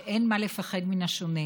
שאין מה לפחד מן השונה,